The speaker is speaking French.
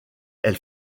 elle